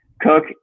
Cook